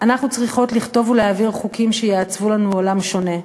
אנחנו צריכות לכתוב ולהעביר חוקים שיעצבו לנו עולם שונה,